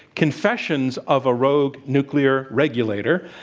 confessions of a rogue nuclear regulator.